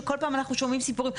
שכל פעם אנחנו שומעים סיפורים,